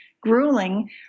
grueling